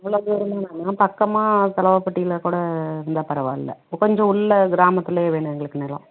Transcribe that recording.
அவ்வளோவு தூரமாக வேணாம் பக்கமாக தலைவாபட்டில கூட இருந்தால் பரவாயில்ல இப்போ கொஞ்சம் உள்ள கிராமத்தில் வேணும் எங்களுக்கு நிலோம்